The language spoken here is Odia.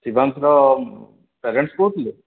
ଶିବାଂଶର ପ୍ୟାରେଣ୍ଟସ୍ କହୁଥିଲେ